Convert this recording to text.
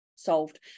Solved